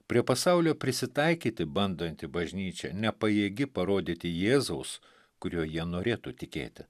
prie pasaulio prisitaikyti bandanti bažnyčia nepajėgi parodyti jėzaus kuriuo jie norėtų tikėti